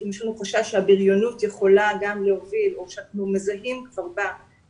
אם יש חשש שהבריונות יכולה גם להוביל - או כשאנחנו מזהים אל